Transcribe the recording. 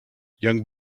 young